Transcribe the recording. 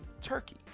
Turkey